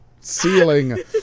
ceiling